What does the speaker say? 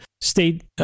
state